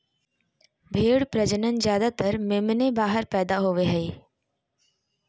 भेड़ प्रजनन ज्यादातर मेमने बाहर पैदा होवे हइ